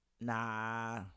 nah